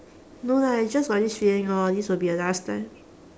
no lah just got this feeling lor this will be the last time